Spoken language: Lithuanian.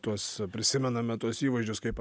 tuos prisimename tuos įvaizdžius kaip